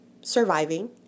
surviving